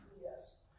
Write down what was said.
Yes